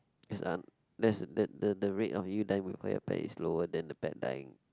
it's um there's the the the rate of you dying before your pet is lower than the pet dying